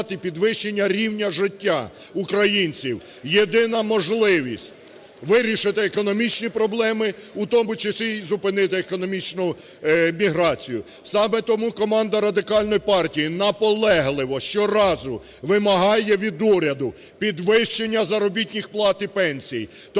підвищення рівня життя українців - єдина можливість вирішити економічні проблеми, у тому числі і зупинити економічну міграцію. Саме тому команда Радикальної партії наполегливо щоразу вимагає від уряду підвищення заробітних плат і пенсій,